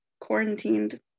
quarantined